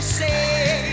say